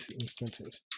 instances